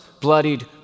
bloodied